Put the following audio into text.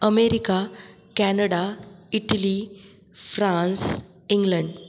America Canada Italy France England